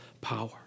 power